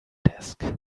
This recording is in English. desk